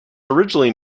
originally